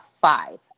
five